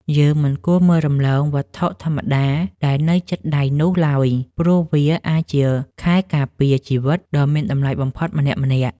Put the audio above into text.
យើងមិនគួរមើលរំលងវត្ថុធម្មតាដែលនៅជិតដៃនោះឡើយព្រោះវាអាចជាខែលការពារជីវិតដ៏មានតម្លៃបំផុតម្នាក់ៗ។